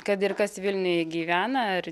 kad ir kas vilniuj gyvena ar